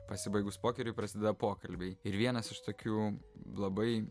pasibaigus pokeriui prasideda pokalbiai ir vienas iš tokių labai